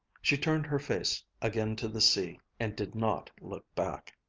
she turned her face again to the sea, and did not look back.